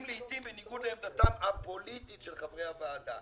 לעיתים בניגוד לעמדתם הפוליטית של חברי הוועדה,